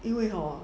因为 hor